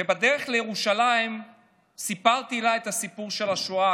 ובדרך לירושלים סיפרתי לה את הסיפור של השואה,